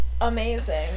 amazing